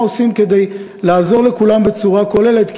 מה עושים כדי לעזור לכולם בצורה כוללת,